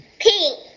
pink